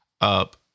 up